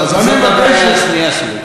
זו הבעיה השנייה שלי.